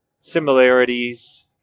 similarities